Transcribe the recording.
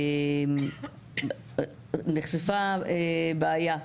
נחשפה בעיה,